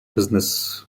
business